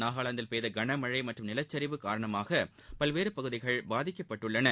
நாகலாந்தில் பெய்த கனமழை மற்றும் நிலச்சரிவு காரணமாக பல்வேறு பகுதிகள் பாதிக்ககப்பட்டுள்ளன